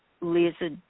Lisa